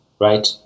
right